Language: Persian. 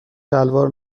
شلوار